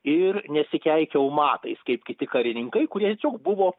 ir nesikeikiau matais kaip kiti karininkai kurie tiesiog buvo